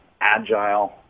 agile